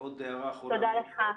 תודה לך.